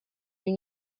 you